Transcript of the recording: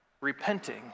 repenting